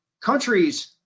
Countries